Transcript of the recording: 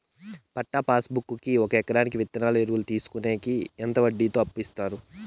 పట్టా passbook కి ఒక ఎకరాకి విత్తనాలు, ఎరువులు తీసుకొనేకి ఎంత వడ్డీతో అప్పు ఇస్తారు?